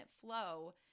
flow